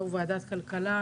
יושב-ראש ועדת כלכלה,